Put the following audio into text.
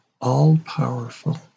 all-powerful